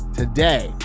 today